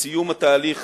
לסיום התהליך